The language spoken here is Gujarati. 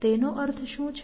તેનો અર્થ શું છે